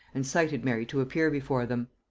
and cited mary to appear before them.